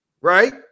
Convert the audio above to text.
Right